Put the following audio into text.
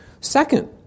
Second